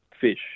fish